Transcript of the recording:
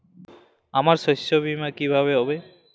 আমার শস্য বীমা কিভাবে হবে?